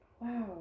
Wow